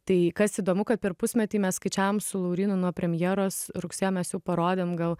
tai kas įdomu kad per pusmetį mes skaičiavom su laurynu nuo premjeros rugsėjo mes jau parodėm gal